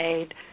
aid